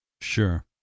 Sure